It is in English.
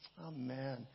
Amen